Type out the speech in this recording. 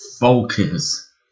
focus